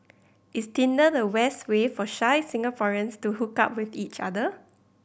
is Tinder the best way for shy Singaporeans to hook up with each other